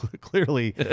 Clearly